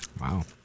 Wow